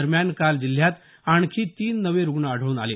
दरम्यान काल जिल्ह्यात आणखी तीन नवे रुग्ण आढळून आले